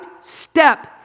step